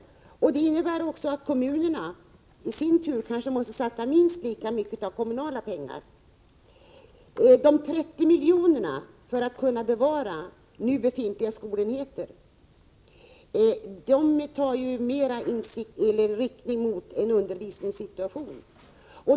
Det innebär att kommunerna i sin tur kan behöva satsa minst lika mycket av de kommunala pengarna. När det gäller de 30 miljonerna som är av avsedda att användas för att bevara nu befintliga skolenheter har man mera varit inriktad på undervisningssituationen.